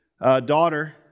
daughter